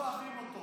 מאוד אוהבים אותו.